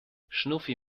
schnuffi